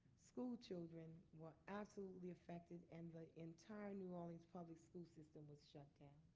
school children were absolutely affected and the entire new orleans public school system was shut down.